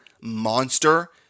monster